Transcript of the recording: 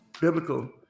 biblical